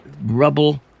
rubble